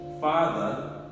Father